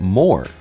more